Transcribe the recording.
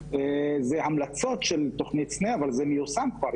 זה המלצות של תוכנית סנ"ה, אבל זה מיושם כבר.